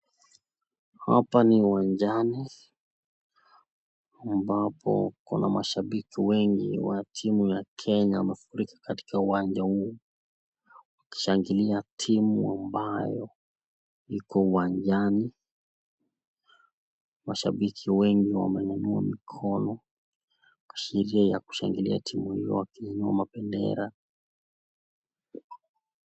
Hapa ni uwanjani ambapo kuna mashabiki wengi wa timu ya Kenya. Wamefurika katika uwanja huu wakishangilia timu ambayo iko uwanjani. Mashabiki wengi wamenyanyua mikono. Kushiriki ya kushangilia timu hiyo wakiinua mabendera.